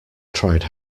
tried